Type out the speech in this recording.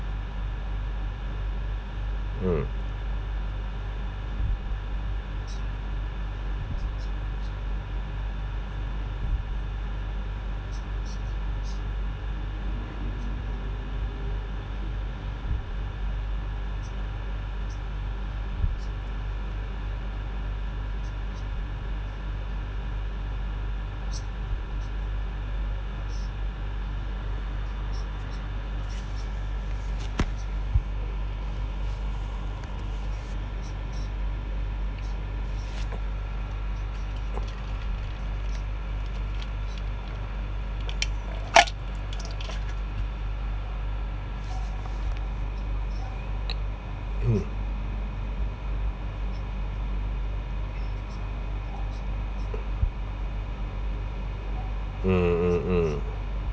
mm mm mm mm mm